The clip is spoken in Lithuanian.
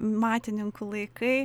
matininkų laikai